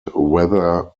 whether